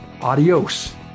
Adios